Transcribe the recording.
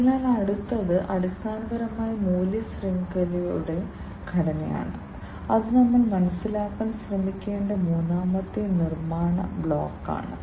അതിനാൽ അടുത്തത് അടിസ്ഥാനപരമായി മൂല്യ ശൃംഖലയുടെ ഘടനയാണ് അത് നമ്മൾ മനസ്സിലാക്കാൻ ശ്രമിക്കേണ്ട മൂന്നാമത്തെ നിർമ്മാണ ബ്ലോക്കാണ്